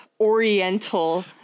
oriental